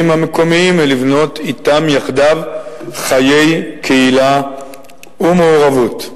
המקומיים ולבנות אתם יחדיו חיי קהילה ומעורבות.